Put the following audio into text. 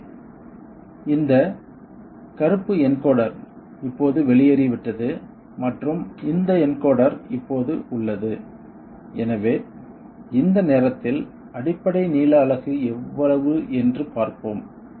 எனவே இந்த கருப்பு என்கோடர் இப்போது வெளியேறிவிட்டது மற்றும் இந்த சாம்பல் என்கோடர் இப்போது உள்ளது எனவே இந்த நேரத்தில் அடிப்படை நீள அலகு எவ்வளவு என்று பார்ப்போம்